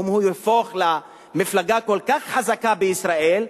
אם הוא יהפוך למפלגה כל כך חזקה בישראל: